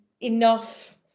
enough